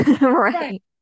Right